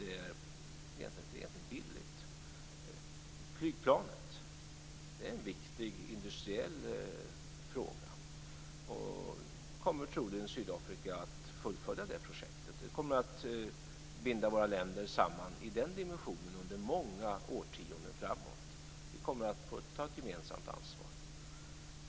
Det vore futtigt och billigt. Flygplanet är en viktig industriell fråga, och nu kommer Sydafrika troligen att fullfölja det projektet. Det kommer att binda våra länder samman under många årtionden framöver. Vi kommer att få ta ett gemensamt ansvar.